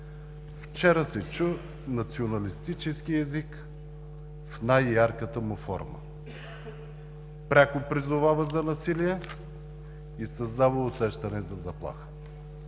Вчера се чу националистически език в най-ярката му форма – пряко призовава за насилие и създава усещане за заплаха.